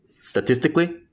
statistically